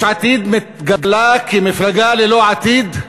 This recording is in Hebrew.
יש עתיד מתגלה כמפלגה ללא עתיד,